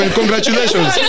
congratulations